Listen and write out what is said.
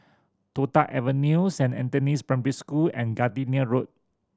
Toh Tuck Avenue Saint Anthony's Primary School and Gardenia Road